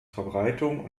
verbreitung